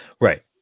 Right